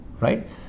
right